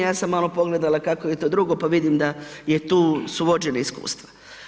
Ja sam malo pogledala kako je to drugo, pa vidim da je tu, su vođeni iskustva.